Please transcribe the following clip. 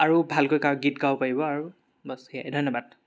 আৰু ভালকৈ গা গীত গাব পাৰিব আৰু বচ সেয়াই ধন্যবাদ